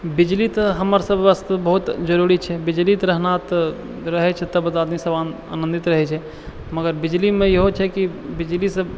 बिजली तऽ हमर सभ वास्ते बहुत जरूरी छै बिजली तऽ रहना तऽ रहै छै तबे सभ आदमी आनन्दित रहै छै मगर बिजलीमे इहो छै कि बिजलीसँ